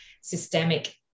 systemic